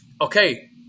okay